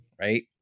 right